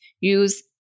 Use